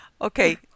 Okay